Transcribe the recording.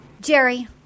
jerry